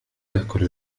تأكل